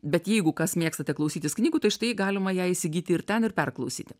bet jeigu kas mėgstate klausytis knygų tai štai galima ją įsigyti ir ten ir perklausyti